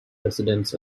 residents